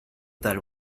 that